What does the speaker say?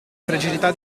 fragilità